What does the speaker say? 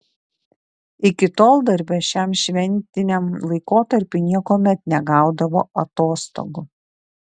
iki tol darbe šiam šventiniam laikotarpiui niekuomet negaudavo atostogų